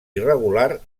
irregular